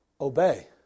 obey